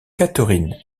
catherine